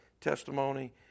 testimony